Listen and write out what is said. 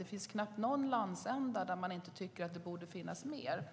Det finns knappt någon landsända där man inte tycker att det borde finnas mer.